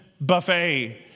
buffet